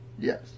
Yes